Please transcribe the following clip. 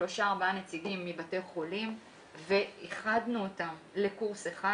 שלושה-ארבעה נציגים מבתי החולים ואיחדנו אותם לקורס אחד.